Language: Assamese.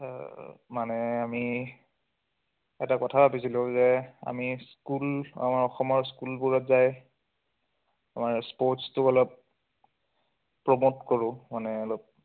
মানে আমি এটা কথা ভাবিছিলোঁ যে আমি স্কুল আমাৰ অসমৰ স্কুলবোৰত যায় আমাৰ স্পৰ্টছটো অলপ প্ৰমোট কৰোঁ মানে অলপ